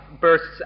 bursts